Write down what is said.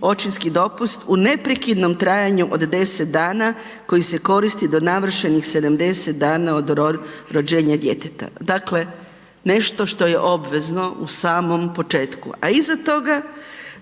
očinski dopust u neprekidnom trajanju od 10 dana koji se koristi do navršenih 70 dana od rođenja djeteta. Dakle, nešto što je obvezno u samom početku, a iza toga,